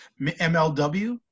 MLW